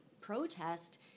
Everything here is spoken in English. protest